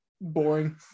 boring